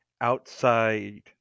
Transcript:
outside